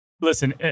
Listen